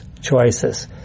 choices